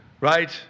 right